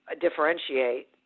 differentiate